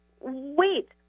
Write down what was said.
wait